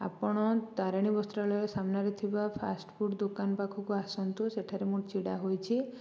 ଆପଣ ତାରେଣୀ ବସ୍ତ୍ରାଳୟ ସାମ୍ନାରେ ଥିବା ଫାଷ୍ଟଫୁଡ଼୍ ଦୋକାନ ପାଖକୁ ଆସନ୍ତୁ ସେଠାରେ ମୁଁ ଛିଡ଼ା ହେଇଛି